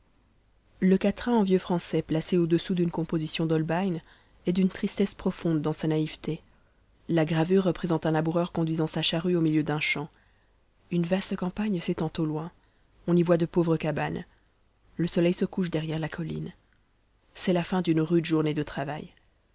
le quatrain en vieux français placé au-dessous d'une composition d'holbein est d'une tristesse profonde dans sa naïveté la gravure représente un laboureur conduisant sa charrue au milieu d'un champ une vaste campagne s'étend au loin on y voit de pauvres cabanes le soleil se couche derrière la colline c'est la fin d'une rude journée de travail